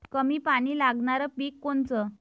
कमी पानी लागनारं पिक कोनचं?